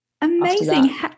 Amazing